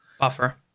Buffer